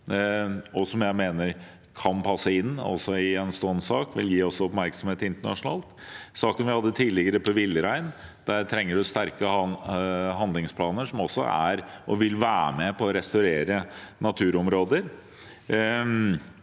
og som jeg mener kan passe inn i en sånn sak. Det vil gi oppmerksomhet internasjonalt også. Saken vi hadde tidligere, om villrein, der trenger en sterke handlingsplaner, som også er, og vil være, med på å restaurere naturområder.